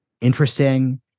interesting